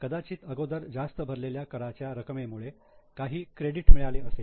कदाचित अगोदर जास्त भरलेल्या कराच्या रकमेमुळे काही क्रेडिट मिळाले असेल